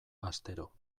astero